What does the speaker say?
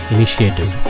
Initiative